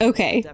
Okay